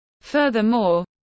Furthermore